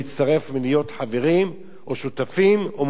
ולהיות חברים או שותפים או מוכרים